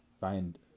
find